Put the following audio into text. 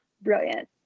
brilliant